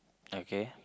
okay